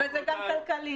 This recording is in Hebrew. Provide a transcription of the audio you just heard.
זה גם כלכלי.